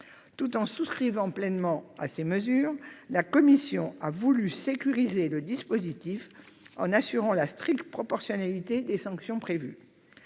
Tout en souscrivant pleinement à ces mesures, la commission a donc voulu sécuriser le dispositif, en assurant la stricte proportionnalité des sanctions prévues.